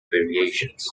variations